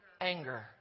anger